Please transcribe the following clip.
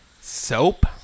Soap